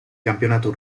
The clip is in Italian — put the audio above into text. campionato